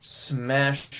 smash